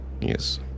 Yes